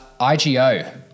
IGO